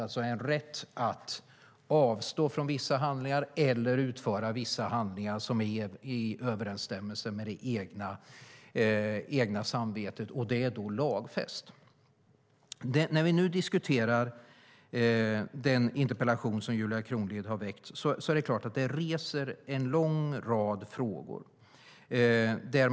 Det är en rätt att avstå från vissa handlingar eller utföra vissa handlingar som är i överensstämmelse med det egna samvetet, och det är lagfäst. När vi nu diskuterar den interpellation som Julia Kronlid har väckt är det en lång rad frågor som reses.